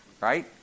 Right